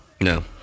No